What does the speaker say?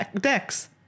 decks